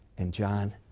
and, john,